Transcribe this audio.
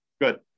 good